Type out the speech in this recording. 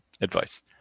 advice